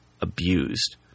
abused